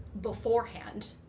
beforehand